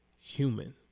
human